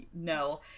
no